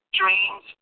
dreams